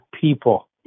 people